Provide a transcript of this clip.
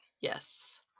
Yes